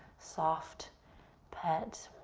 soft pet.